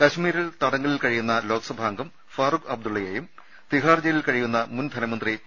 കശ്മീരിൽ തടങ്കലിൽ കഴിയുന്ന ലോക്സഭാ അംഗം ഫാറൂഖ് അബ്ദു ള്ളയെയും തിഹാർ ജയിലിൽ കഴിയുന്ന മുൻ ധനമന്ത്രി പി